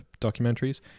Documentaries